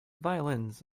violins